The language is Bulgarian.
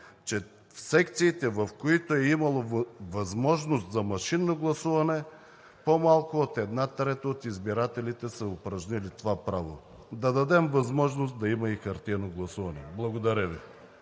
че в секциите, в които е имало възможност за машинно гласуване, по-малко от една трета от избирателите са упражнили това право. Да дадем възможност да има и хартиено гласуване. Благодаря Ви.